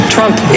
Trump